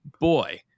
boy